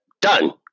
done